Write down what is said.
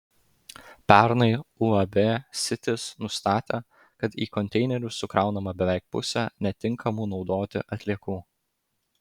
pernai uab sitis nustatė kad į konteinerius sukraunama beveik pusė netinkamų naudoti atliekų